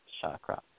chakra